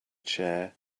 chair